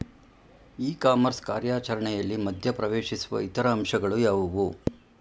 E commerce ಕಾರ್ಯಾಚರಣೆಯಲ್ಲಿ ಮಧ್ಯ ಪ್ರವೇಶಿಸುವ ಇತರ ಅಂಶಗಳು ಯಾವುವು?